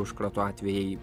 užkrato atvejai